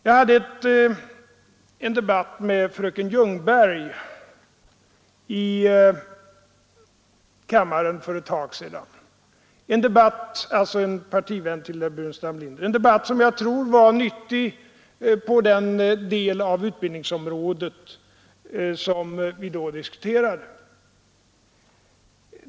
Jag hade en debatt med fröken Ljungberg i kammaren för ett tag sedan, alltså med en partivän till herr Burenstam Linder. Jag tror att den debatten var nyttig på den del av utbildningsområdet som vi då diskuterade.